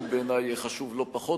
שהוא בעיני חשוב לא פחות,